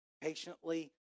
Patiently